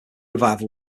revival